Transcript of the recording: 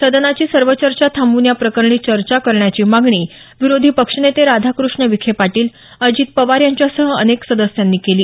सदनाची सर्व चर्चा थांबवून या प्रकरणी चर्चा करण्याची मागणी विरोधी पक्षनेते राधाकृष्ण विखे पाटील अजित पवार यांच्यासह अनेक सदस्यांनी केली